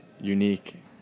unique